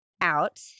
out